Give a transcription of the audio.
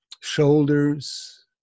shoulders